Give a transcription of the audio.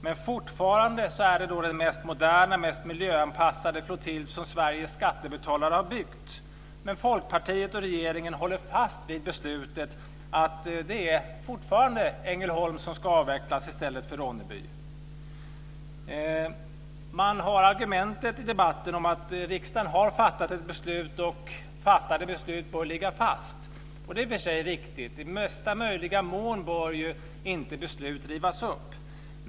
Men Folkpartiet och regeringen håller fast vid att det fortfarande är Ängelholm - den mest moderna och miljöanpassade flottilj som Sveriges skattebetalare har byggt - I debatten använder man argumentet att riksdagen har fattat ett beslut och fattade beslut bör ligga fast. Det är i och för sig riktigt. I mesta möjliga mån bör inte beslut rivas upp.